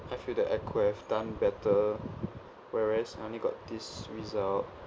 I feel that I could have done better whereas only got this result